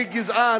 אני גזען?